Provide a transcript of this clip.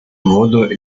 воду